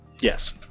Yes